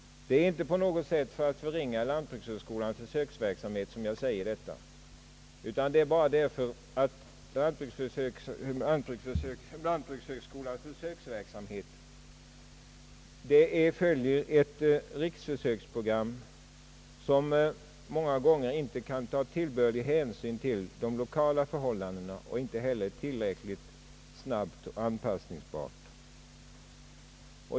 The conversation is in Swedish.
Det är inte för att på något sätt förringa lantbrukshögskolans försöksverksamhet som jag framhåller detta. Anledningen är bara den att lantbrukshögskolans försöksverksamhet följer ett riksförsöksprogram, som många gånger inte kan ta tillbörlig hänsyn till de lokala förhållandena och inte heller är tillräckligt snabbt anpassbart.